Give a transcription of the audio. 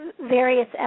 various